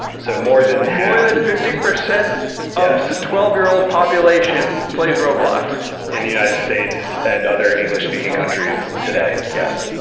so more than half more than fifty percent ah so of the twelve year old population plays roblox in the united states and other english-speaking countries today. yes